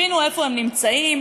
הבינו איפה הם נמצאים,